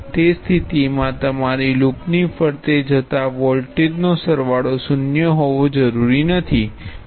તે સ્થિતિમાં તમારી લૂપની ફરતે જતા વોલ્ટેજનો સરવાળો શૂન્ય હોવો જરૂરી નથી